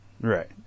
Right